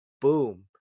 boom